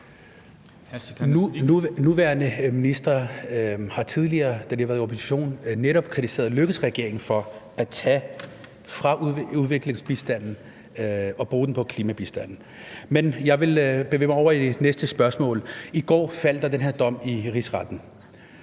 Nuværende ministre har tidligere, da de var i opposition, netop kritiseret Lars Løkke Rasmussens regering for at tage fra udviklingsbistanden og bruge det på klimabistanden. Men jeg vil bevæge mig videre til det næste spørgsmål. I går faldt der den her dom i Rigsretten,